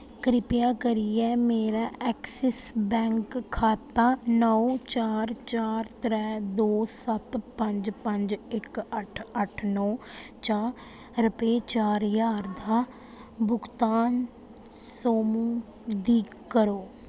कृपया करियै मेरै ऐक्सिस बैंक खाता नौ चार चार त्रैऽ दो सत्त पंज पंज इक अट्ठ अट्ठ नौ चा रपे चार ज्हार दा भुगतान सोमू दी करो